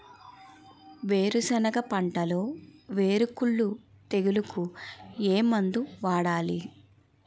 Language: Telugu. వేరుసెనగ పంటలో వేరుకుళ్ళు తెగులుకు ఏ మందు వాడాలి?